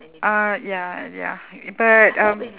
uh ya ya but um